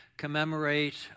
commemorate